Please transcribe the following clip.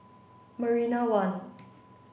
Marina One